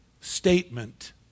statement